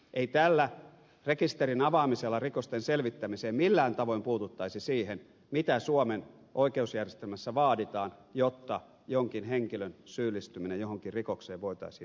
ei tällä rekisterin avaamisella rikosten selvittämiseen millään tavoin puututtaisi siihen mitä suomen oikeusjärjestelmässä vaaditaan jotta jonkin henkilön syyllistyminen johonkin rikokseen voitaisiin näyttää toteen